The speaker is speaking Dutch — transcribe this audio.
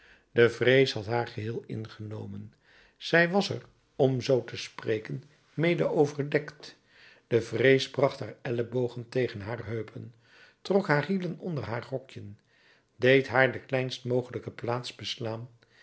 de vrees had haar geheel ingenomen zij was er om zoo te spreken mede overdekt de vrees bracht haar ellebogen tegen haar heupen trok haar hielen onder haar rokjen deed haar de kleinst mogelijke plaats beslaan